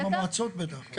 עם המועצות בטח.